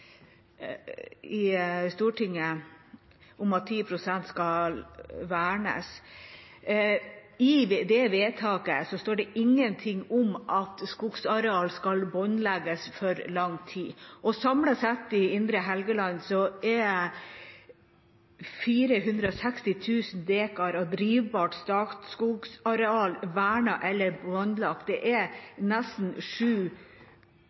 I vedtaket i Stortinget om at 10 pst. skal vernes, som det refereres til, står det ingenting om at skogareal skal båndlegges for lang tid. Samlet sett i Indre Helgeland er 460 000 dekar av drivbart Statskog-areal vernet eller båndlagt. Det